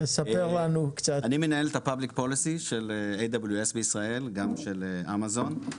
אני מנהל את המדיניות הציבורית בישראל וגם של אמזון,